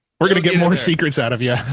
we're going to get more secrets out of you.